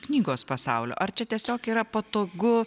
knygos pasaulio ar čia tiesiog yra patogu